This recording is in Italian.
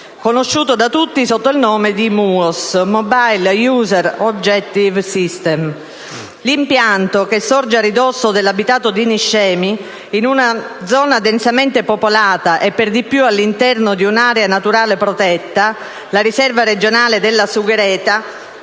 conosciuto da tutti come MUOS (*Mobile user objective system*). L'impianto, che sorge a ridosso dell'abitato di Niscemi in una zona densamente popolata e per di più all'interno di un'area naturale protetta (la Riserva regionale della sughereta),